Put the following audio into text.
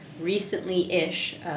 recently-ish